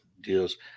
deals